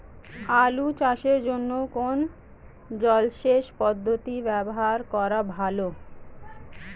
আলু চাষের জন্য কোন জলসেচ পদ্ধতি ব্যবহার করা ভালো?